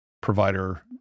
provider